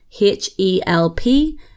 H-E-L-P